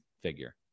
figure